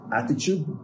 attitude